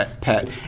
pet